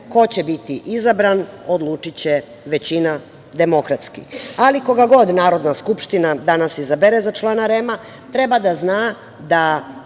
ko će biti izabran odlučiće većina demokratski, ali koga god Narodna skupština danas izabere za člana REM-a treba da zna da